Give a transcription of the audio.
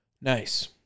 Nice